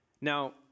Now